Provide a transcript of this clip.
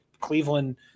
Cleveland